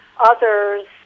others